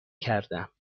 کردم